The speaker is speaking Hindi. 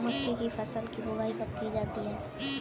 मक्के की फसल की बुआई कब की जाती है?